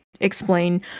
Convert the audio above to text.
explain